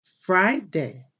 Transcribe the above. Friday